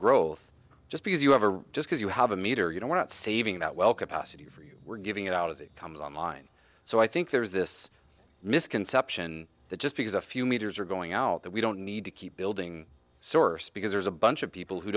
growth just because you have a just cause you have a meter you know we're not saving that well capacity for you we're giving it out as it comes online so i think there is this misconception that just because a few meters are going out that we don't need to keep building source because there's a bunch of people who